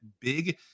big